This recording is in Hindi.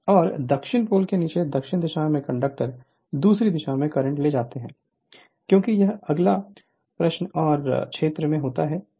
और दक्षिण पोल के नीचे दक्षिण दिशा में कंडक्टर दूसरी दिशा में करंट ले जाते हैं क्योंकि यह अलग प्रश्न और क्षेत्र में होता है और यह ब्रश है